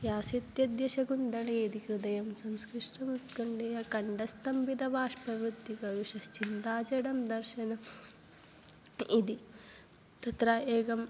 यास्यत्यद्य शकुन्तलेति हृदयं संस्पृष्टमुत्कण्ठया कण्ठः स्तम्भितवाष्पवृत्तिकलुषश्चिन्ताजडं दर्शनम् इति तत्र एकम्